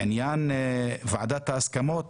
לעניין ועדת ההסכמות